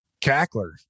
cackler